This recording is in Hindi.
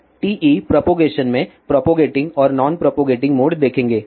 अब TE प्रोपागेशन में प्रोपोगेटिंग और नॉन प्रोपोगेटिंग मोड देखें